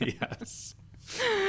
Yes